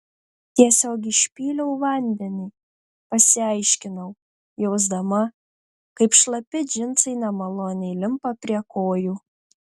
tiesiog išpyliau vandenį pasiaiškinau jausdama kaip šlapi džinsai nemaloniai limpa prie kojų